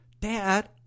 Dad